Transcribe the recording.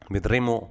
Vedremo